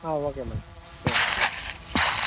ஆ okay madam சரி thank you ம்